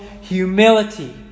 humility